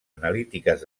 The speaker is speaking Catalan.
analítiques